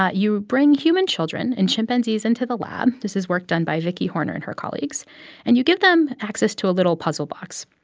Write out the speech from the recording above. ah you bring human children and chimpanzees into the lab this is work done by vicky horner and her colleagues and you give them access to a little puzzle box.